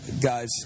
guys